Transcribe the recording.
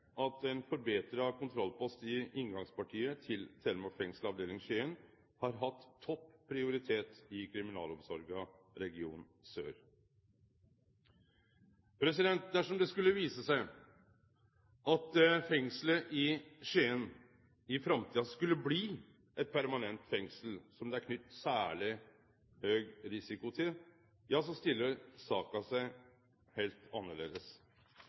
at ein forbetra kontrollpost i inngangspartiet til Telemark fengsel, Skien avdeling har hatt topp prioritet i Kriminalomsorga region sør. Dersom det skulle vise seg at fengselet i Skien i framtida skulle bli eit permanent fengsel som det er knytt særleg høg risiko til, ja så stiller saka seg heilt